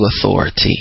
authority